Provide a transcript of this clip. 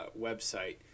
website